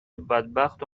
بدبختو